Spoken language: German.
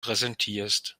präsentierst